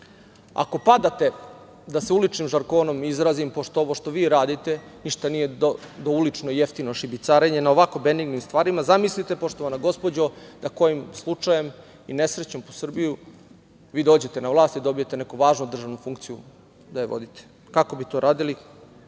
ga? Ako padate, da se uličnim žargonom izrazim, pošto ovo što vi radite ništa nije do ulično i jeftino šibicarenje, na ovako benignim stvarima, zamislite poštovana gospođo, da kojim slučajem i nesrećom po Srbiju, vi dođete na vlast i dobijete neku važnu državnu funkciju da je vodite, kako bi to radili,